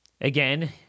Again